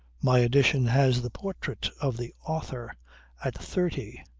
my edition has the portrait of the author at thirty,